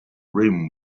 rim